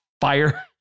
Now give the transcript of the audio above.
fire